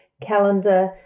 calendar